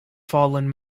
fallen